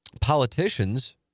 politicians